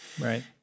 right